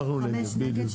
הרביזיה?